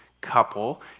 couple